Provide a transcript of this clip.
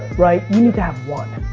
right? you need to have one.